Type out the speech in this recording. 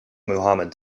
muhammad